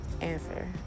answer